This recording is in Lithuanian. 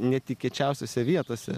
netikėčiausiose vietose